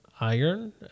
iron